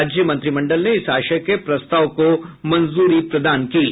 राज्य मंत्रिमंडल ने इस आशय के प्रस्ताव को मंजूरी प्रदान की है